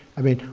i mean,